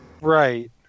right